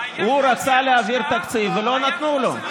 הוא רצה להעביר תקציב ולא נתנו לו.